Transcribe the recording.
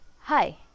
Hi